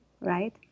right